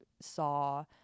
Saw